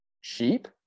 sheep